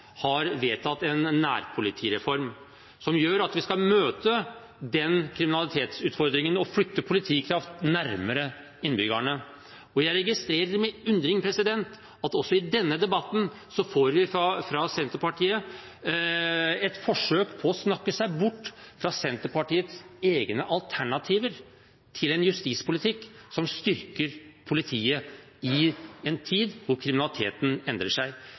har vedtatt en nærpolitireform, som gjør at vi skal møte den kriminalitetsutfordringen og flytte politikraft nærmere innbyggerne. Og jeg registrerer med undring at også i denne debatten får vi fra Senterpartiet et forsøk på å snakke seg bort fra Senterpartiets egne alternativer til en justispolitikk som styrker politiet i en tid da kriminaliteten endrer seg.